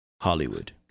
Hollywood